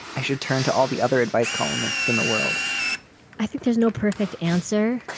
i should turn to all the other advice columnists in the world i think there's no perfect answer.